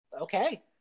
Okay